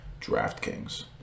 DraftKings